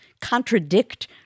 contradict